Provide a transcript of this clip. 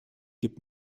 gibt